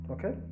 Okay